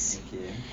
okay